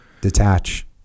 Detach